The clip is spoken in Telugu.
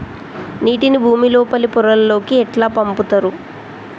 నీటిని భుమి లోపలి పొరలలోకి ఎట్లా పంపుతరు?